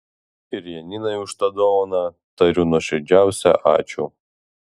ir janinai už tą dovaną tariu nuoširdžiausią ačiū